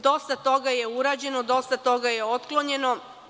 Dosta toga je urađeno, dosta toga je otklonjeno.